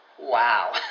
Wow